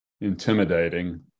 intimidating